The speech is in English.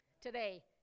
today